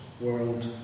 world